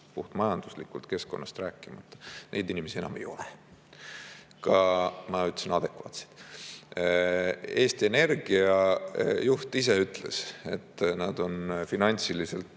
puhtmajanduslikult, keskkonnast rääkimata, enam ei ole. Jah, ma ütlesin, et "adekvaatset". Eesti Energia juht ise ütles, et nad on finantsiliselt